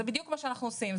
זה בדיוק מה שאנחנו עושים.